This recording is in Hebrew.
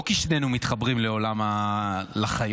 לא כי שנינו מתחברים לעולם החיות.